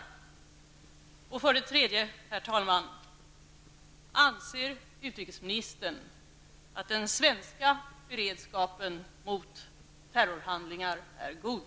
För det tredje: Anser utrikesministern att den svenska beredskapen mot terrorhandlingar är god?